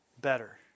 better